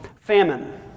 Famine